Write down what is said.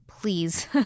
Please